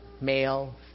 male